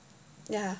yeah